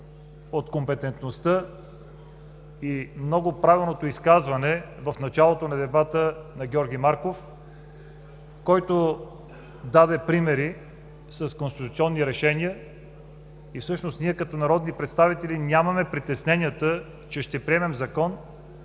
от компетентността и много правилното изказване в началото на дебата на Георги Марков, който даде примери с конституционни решения и всъщност ние като народни представители нямаме притесненията, че ще приемем Закон,